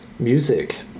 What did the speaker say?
music